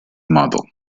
model